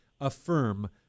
affirm